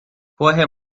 vorher